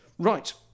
Right